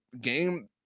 game